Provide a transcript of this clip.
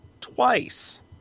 twice